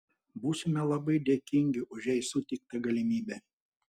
būsime labai dėkingi už jai suteiktą galimybę